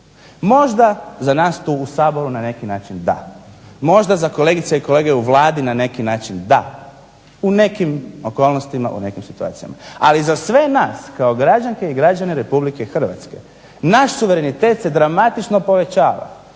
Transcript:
Možda za nas tu u Saboru na neki način da, možda za kolegice i kolege u Vladi na neki način da, u nekim okolnostima, u nekim situacijama. Ali za sve nas kao građanke i građane Republike Hrvatske naš suverenitet se dramatično povećava.